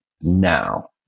now